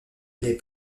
les